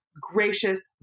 gracious